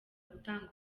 gutanga